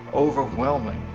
overwhelming.